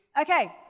Okay